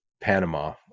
Panama